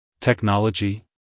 Technology